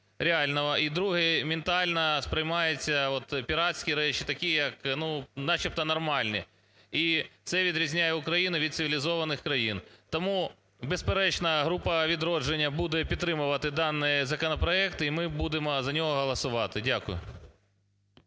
і друга – ментально сприймаються, вот, піратські речі такі як, ну, начебто нормальні. І це відрізняє Україну від цивілізованих країн. Тому, безперечно, група "Відродження" буде підтримувати даний законопроект і ми будемо за нього голосувати. Дякую.